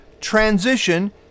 transition